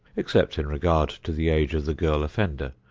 except in regard to the age of the girl offender,